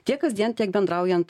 tiek kasdien tiek bendraujant